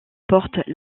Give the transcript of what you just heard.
portes